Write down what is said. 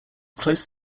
close